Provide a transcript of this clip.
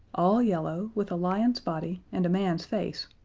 all yellow, with a lion's body and a man's face,